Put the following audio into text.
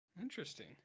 Interesting